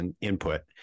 input